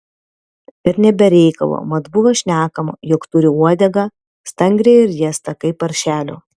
ir ne be reikalo mat buvo šnekama jog turi uodegą stangrią ir riestą kaip paršelio